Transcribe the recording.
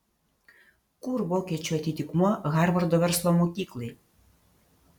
kur vokiečių atitikmuo harvardo verslo mokyklai